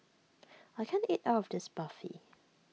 I can't eat all of this Barfi